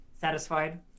satisfied